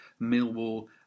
Millwall